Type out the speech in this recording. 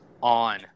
on